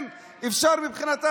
כן, אפשר מבחינתם,